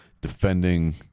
defending